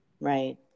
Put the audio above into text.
Right